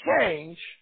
change